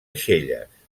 aixelles